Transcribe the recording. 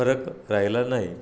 फरक राहिला नाही